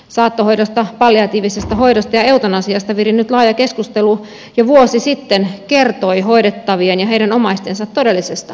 saattohoidosta palliatiivisesta hoidosta ja eutanasiasta virinnyt laaja keskustelu jo vuosi sitten kertoi hoidettavien ja heidän omaistensa todellisesta hädästä